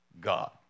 God